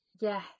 Yes